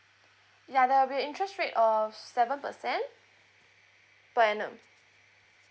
ya there'll be a interest rate of seven percent per annum